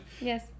Yes